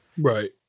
Right